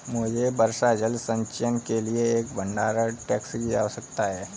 मुझे वर्षा जल संचयन के लिए एक भंडारण टैंक की आवश्यकता है